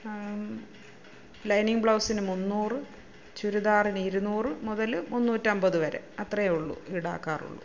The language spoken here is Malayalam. ലൈനിംഗ് ബ്ലൗസിന് മുന്നൂറും ചുരിദാറിന് ഇരുന്നൂറും മുതൽ മുന്നൂറ്റമ്പത് വരെ അത്രയേ ഉള്ളൂ ഈടാക്കാറുള്ളൂ